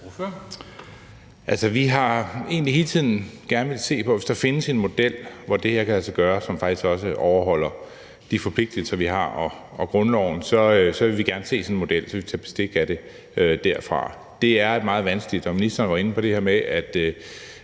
villet se på, om der findes en model, så det her kan lade sig gøre, som faktisk også overholder de forpligtelser, vi har, og grundloven. Vi vil gerne se sådan en model og tage bestik af det derfra. Det her er meget vanskeligt. Ministeren var inde på det her med, at